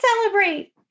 celebrate